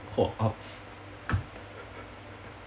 !wah! ups